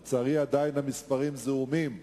לצערי, עדיין המספרים זעומים וקטנים,